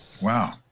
Wow